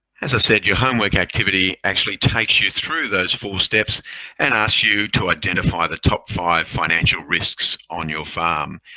as i said, your homework activity actually takes you through those four steps and asks you to identify the top five financial risks on your farm.